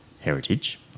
heritage